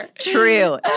True